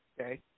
Okay